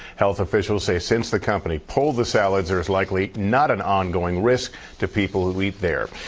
health officials say since the company pulled the salad, there is likely not an on going risk to people who eat there.